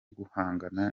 guhangana